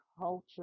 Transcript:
culture